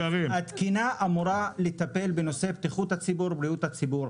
התקינה אמורה לטפל בבטיחות הציבור ובבריאות הציבור,